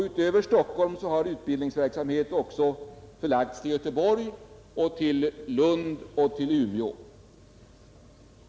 Utöver Stockholm har utbildningsverksamhet också förlagts till Göteborg, Lund och Umeå.